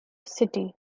city